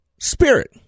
spirit